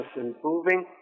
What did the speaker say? improving